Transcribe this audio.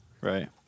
Right